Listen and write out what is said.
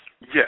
Yes